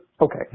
okay